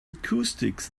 acoustics